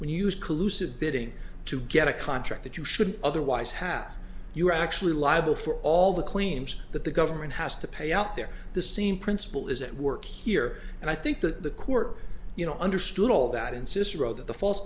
bidding to get a contract that you should otherwise have you are actually liable for all the claims that the government has to pay out there the same principle is at work here and i think that the court you know understood all that insists roe that the false